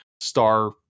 star